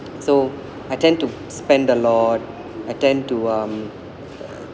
so I tend to spend a lot I tend to um